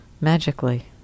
magically